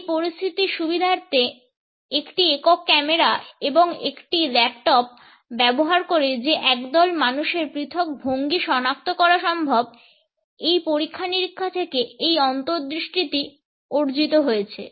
এই পরিস্থিতির সুবিধার্থে একটি একক ক্যামেরা এবং একটি ল্যাপটপ ব্যবহার করে যে একদল মানুষের পৃথক ভঙ্গি সনাক্ত করা সম্ভব এই পরীক্ষা নিরীক্ষা থেকে এই অন্তর্দৃষ্টিটি অর্জিত হয়েছে